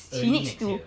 early next year